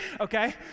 okay